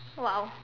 !wow!